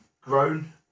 grown